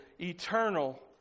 eternal